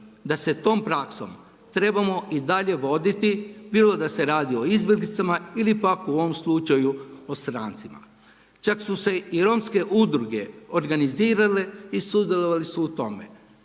da se tom praksom trebamo i dalje voditi bilo da se radi o izbjeglicama ili pak u ovom slučaju o strancima. Čak su se i romske udruge organizirale i sudjelovali su u tome.